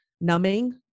numbing